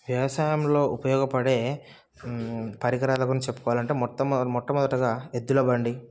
వ్యవసాయంలో ఉపయోగపడే పరికరాల గురించి చెప్పుకోవాలంటే మొత్తమొద మొట్టమొదటిగా ఎద్దుల బండి